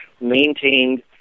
maintained